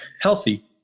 healthy